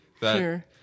Sure